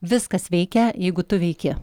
viskas veikia jeigu tu veiki